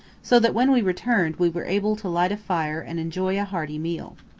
so that when we returned we were able to light a fire and enjoy a hearty meal.